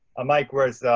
mike was,